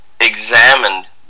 examined